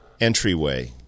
entryway